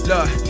Look